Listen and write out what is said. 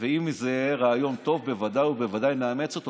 ואם זה רעיון טוב, בוודאי ובוודאי נאמץ אותו.